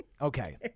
Okay